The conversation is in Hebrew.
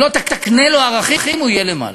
אם לא תקנה לו ערכים, הוא יהיה למטה.